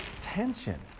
tension